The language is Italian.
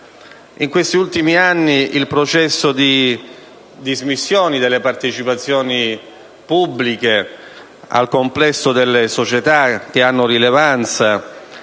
In questi ultimi anni il processo di dismissione delle partecipazioni pubbliche al complesso delle società che hanno rilevanza